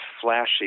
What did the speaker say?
flashy